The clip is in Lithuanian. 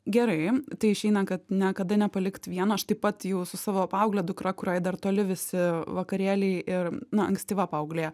gerai tai išeina kad niekada nepalikt vieno aš taip pat jau su savo paaugle dukra kuriai dar toli visi vakarėliai ir na ankstyva paauglė